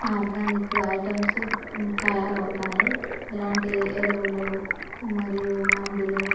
organic items తయారవుతాయి ఇలాంటి ఎరువులు మరియు మందులు